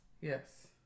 Yes